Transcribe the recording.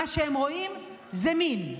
מה שהם רואים זה מין.